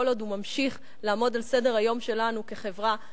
כל עוד הוא ממשיך לעמוד על סדר-היום שלנו כחברה,